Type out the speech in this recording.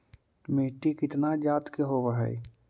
मिट्टी कितना जात के होब हय?